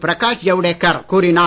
பிரகாஷ் ஜவடேகர் கூறினார்